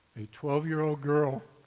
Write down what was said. a twelve year old girl,